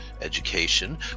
education